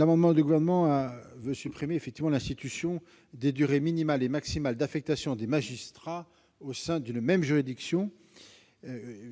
amendement vise à supprimer l'institution des durées minimale et maximale d'affectation des magistrats au sein d'une même juridiction.